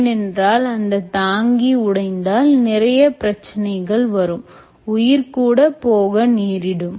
ஏனென்றால் அந்த தாங்கி உடைந்தால் நிறைய பிரச்சனைகள் வரும் உயிர் கூட போக நேரிடும்